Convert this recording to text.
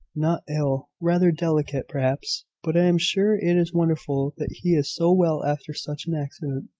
not ill rather delicate, perhaps but i am sure it is wonderful that he is so well after such an accident.